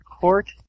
court